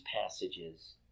passages